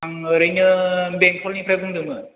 आं ओरैनो बेंटलनिफ्राइ बुंदोंमोन